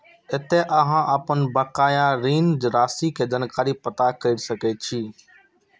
एतय अहां अपन बकाया ऋण राशि के जानकारी पता कैर सकै छी